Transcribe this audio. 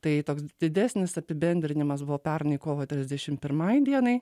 tai toks didesnis apibendrinimas buvo pernai kovo trisdešim pirmai dienai